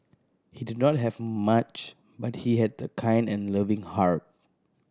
he did not have much but he had a kind and loving heart